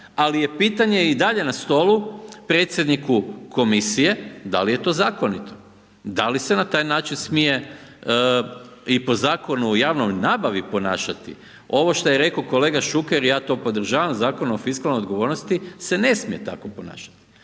Ali je pitanje i dalje na stolu predsjedniku komisije da li je to zakonito, da li se na taj način smije i po Zakonu o javnoj nabavi ponašati? Ovo što je reko kolega Šuker ja to podržavam Zakonom o fiskalnoj odgovornosti se ne smije tako ponašati,